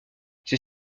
ses